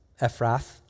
Ephrath